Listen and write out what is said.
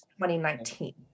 2019